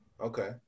Okay